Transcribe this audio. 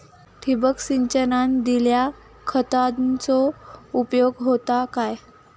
ठिबक सिंचनान दिल्या खतांचो उपयोग होता काय?